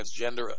transgender